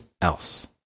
else